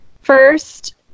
first